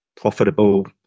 profitable